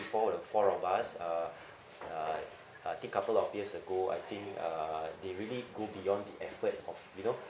four of four of us uh uh I think couple of years ago I think uh they really go beyond the effort of you know